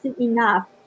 enough